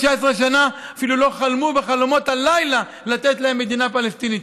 19 שנה אפילו לא חלמו בחלומות הלילה לתת להם מדינה פלסטינית,